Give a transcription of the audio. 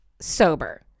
sober